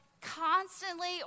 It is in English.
constantly